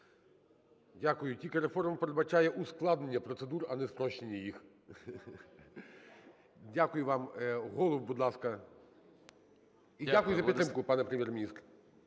Дякую. Тільки реформа передбачає ускладнення процедур, а не спрощення їх. Дякую вам. Голуб, будь ласка. Дякую за підтримку, пане Прем'єр-міністр.